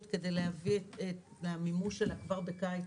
כדי להביא את המימוש שלה כבר בקיץ,